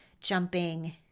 jumping